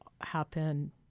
happen